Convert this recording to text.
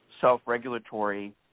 self-regulatory